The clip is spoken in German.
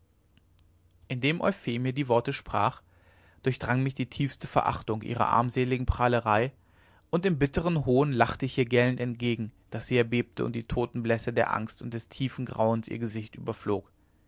indem euphemie die worte sprach durchdrang mich die tiefste verachtung ihrer armseligen prahlerei und im bittern hohn lachte ich ihr gellend entgegen daß sie erbebte und die totenblässe der angst und des tiefen grauens ihr gesicht überflog